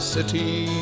City